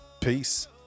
Peace